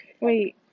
Wait